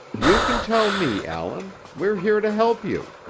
you can tell me, allan. we're here to help you.